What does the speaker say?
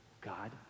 God